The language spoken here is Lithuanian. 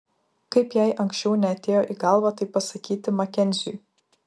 kaip jai anksčiau neatėjo į galvą tai pasakyti makenziui